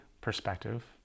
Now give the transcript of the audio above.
perspective